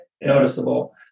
noticeable